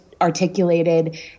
articulated